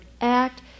act